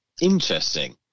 Interesting